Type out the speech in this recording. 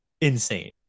insane